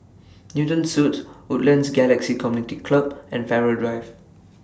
Newton Suites Woodlands Galaxy Community Club and Farrer Drive